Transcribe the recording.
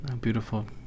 Beautiful